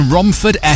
Romford